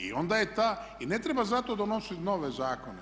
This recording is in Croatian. I onda je ta, i ne treba zato donositi nove zakone.